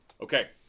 okay